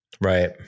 Right